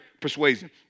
persuasion